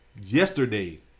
yesterday